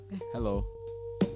Hello